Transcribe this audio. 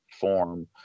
form